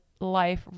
life